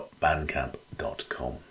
Bandcamp.com